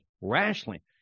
Rationally